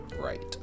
right